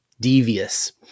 devious